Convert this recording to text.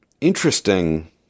Interesting